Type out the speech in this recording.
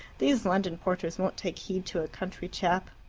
these london porters won't take heed to a country chap.